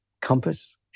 compass